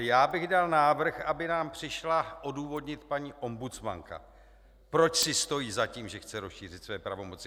Já bych dal návrh, aby nám přišla odůvodnit paní ombudsmanka, proč si stojí za tím, že chce rozšířit své pravomoci.